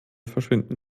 verschwinden